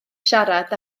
siarad